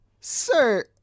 sir